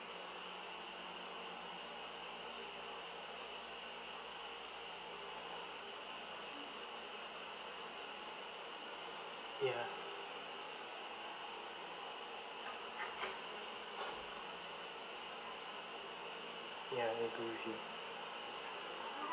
ya ya agree with you